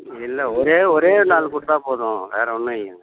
இல்லை ஒரே ஒரே ஒரு நாள் கொடுத்தா போதும் வேறே ஒன்றும் இல்லைங்க